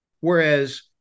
whereas